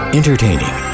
entertaining